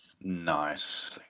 Nice